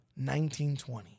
1920